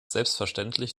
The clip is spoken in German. selbstverständlich